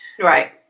Right